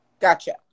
Gotcha